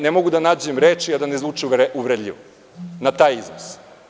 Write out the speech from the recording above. Ne mogu da nađem reči a da ne zvuče uvredljivo na taj iznos.